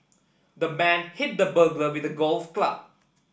the man hit the burglar with a golf club